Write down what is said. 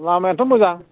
लामायाथ' मोजां